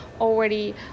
already